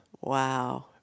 Wow